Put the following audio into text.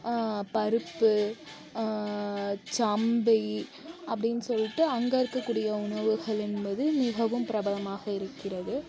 பருப்பு சம்பி அப்படின்னு சொல்லிட்டு அங்கே இருக்கக்கூடிய உணவுகள் என்பது மிகவும் பிரபலமாக இருக்கிறது